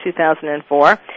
2004